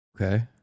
Okay